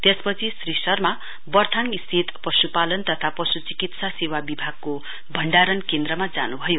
त्यसपछि श्री शर्मा बर्थाङ स्थित पशुपालन तथा पशुचिकत्सा सेवा विभाग भण्डारण केन्द्रमा जान्भयो